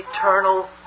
eternal